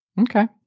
okay